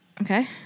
Okay